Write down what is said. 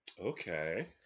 Okay